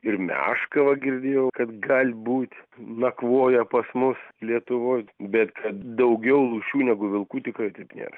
ir meška va girdėjau kad galbūt nakvoja pas mus lietuvoj bet daugiau lūšių negu vilkų tikrai taip nėra